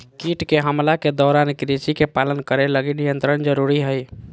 कीट के हमला के दौरान कृषि के पालन करे लगी नियंत्रण जरुरी हइ